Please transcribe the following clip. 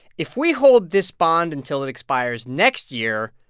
if we hold this bond until it expires next year,